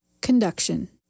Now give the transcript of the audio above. Conduction